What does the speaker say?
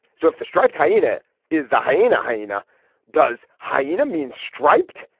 so if the striped hyena is the hyena hyena does hyena mean striped.